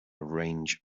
arrange